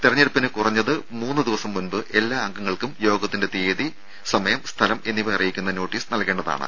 തെരഞ്ഞെടുപ്പിന് കുറഞ്ഞത് മൂന്ന് ദിവസം മുൻപ് എല്ലാ അംഗങ്ങൾക്കും യോഗത്തിന്റെ തീയതി സമയം സ്ഥലം എന്നിവ അറിയിക്കുന്ന നോട്ടീസ് നൽകേണ്ടതാണ്